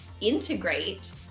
integrate